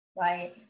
Right